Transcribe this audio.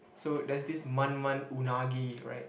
so then this man-man unagi right